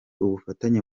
ubufatanye